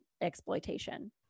exploitation